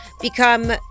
become